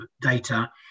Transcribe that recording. data